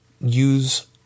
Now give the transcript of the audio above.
use